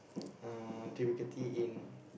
uh difficulty in